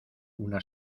una